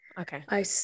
Okay